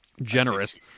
Generous